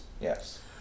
Yes